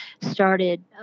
started